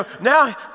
now